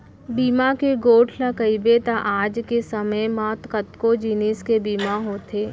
बीमा के गोठ ल कइबे त आज के समे म कतको जिनिस के बीमा होथे